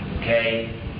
okay